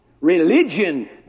Religion